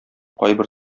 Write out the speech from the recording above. кайбер